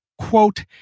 quote